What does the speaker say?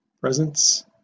presence